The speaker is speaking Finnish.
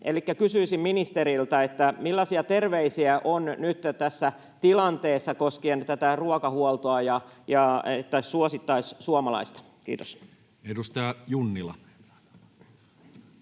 Kysyisin ministeriltä: millaisia terveisiä on nyt tässä tilanteessa koskien tätä ruokahuoltoa ja sitä, että suosittaisiin suomalaista? — Kiitos. [Speech 35]